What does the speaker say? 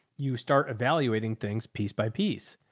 you start evaluating things piece by piece.